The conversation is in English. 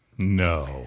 No